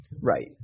Right